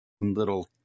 little